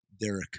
Derek